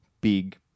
big